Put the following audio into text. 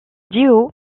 duo